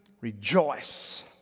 rejoice